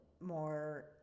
more